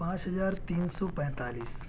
پانچ ہزار تین سو پینتالیس